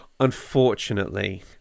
Unfortunately